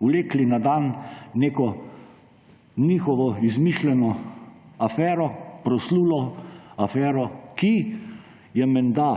vlekli na dan neko njihovo izmišljeno afero, proslulo afero, ki je menda